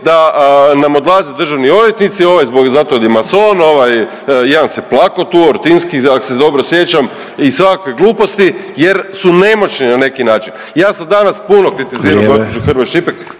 da nam odlaze državni odvjetnici ovaj zato jer je mason, ovaj jedan se plako tu Ortinski ak' se dobro sjećam i svakakve gluposti, jer su nemoćni na neki način. Ja sam danas puno kritizirao … …/Upadica Sanader: